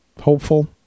hopeful